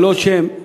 ללא שם,